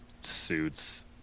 suits